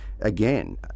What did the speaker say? again